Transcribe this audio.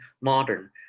modern